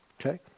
okay